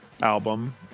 album